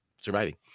surviving